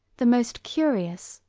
the most curious,